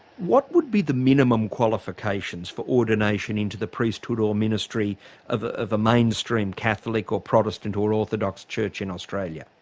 what would be the minimum qualifications for ordination into the priesthood or ministry of ah of a mainstream catholic or protestant or orthodox church in australia?